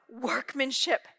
workmanship